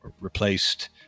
replaced